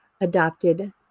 adopted